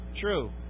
true